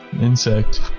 insect